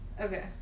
Okay